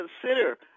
consider